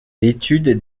l’étude